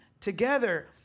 together